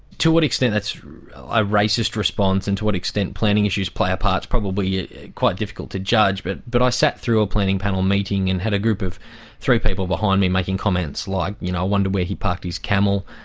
to what extent that's a racist response and to what extent planning issues play a part is probably quite difficult to judge. but but i sat through a planning panel meeting and had a group of three people behind me making comments like, i you know wonder where he parked his camel?